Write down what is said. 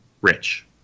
Rich